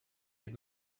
mit